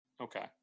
Okay